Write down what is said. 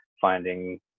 finding